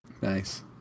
nice